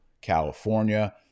California